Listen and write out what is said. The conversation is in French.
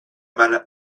mal